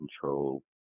control